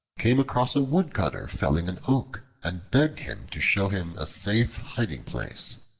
came across a woodcutter felling an oak and begged him to show him a safe hiding-place.